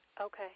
Okay